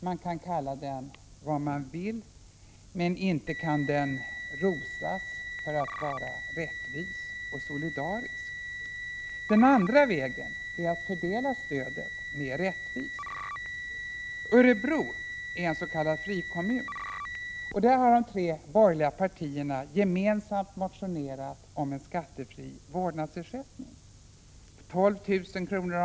Man kan kalla den vad man vill, men inte kan den rosas för att vara rättvis och solidarisk. Den andra vägen är att fördela stödet mera rättvist. Örebro är en s.k. frikommun. De tre borgerliga partierna har där gemensamt motionerat om en skattefri vårdnadsersättning på 12 000 kr.